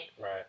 Right